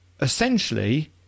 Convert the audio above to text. essentially